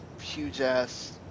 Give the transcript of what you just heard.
huge-ass